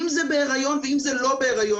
אם זה בהיריון ואם זה לא בהיריון,